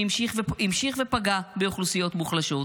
שהמשיך ופגע באוכלוסיות מוחלשות.